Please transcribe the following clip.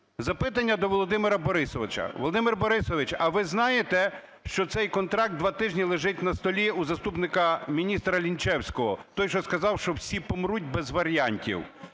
Запитання до Володимира Борисовича: Володимире Борисовичу, а ви знаєте, що цей контракт два тижні лежить на столі у заступника міністра Лінчевського - той, що сказав, що всі помруть, без варіантів?